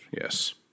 yes